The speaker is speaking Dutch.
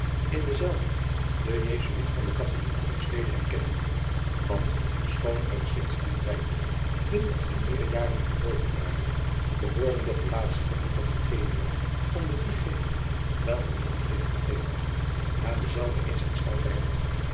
in denzelven den jesuit van de katholijke hofstede herkende want schoon er sints dien tijd twintig en meer jaren verlopen waren behoorden de gelaatstrekken van eugenio onder diegene welke men niet licht vergeet na dezelve eens aanschouwd te hebben